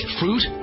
fruit